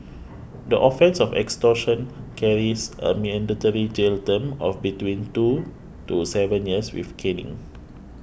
the offence of extortion carries a mandatory jail term of between two to seven years with caning